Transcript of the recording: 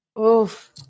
Oof